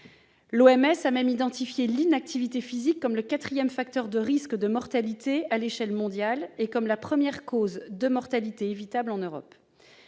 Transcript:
l'OMS, a même identifié l'inactivité physique comme le quatrième facteur de risque de mortalité à l'échelle mondiale et comme la première cause de mortalité évitable en Europe.